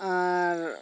ᱟᱨ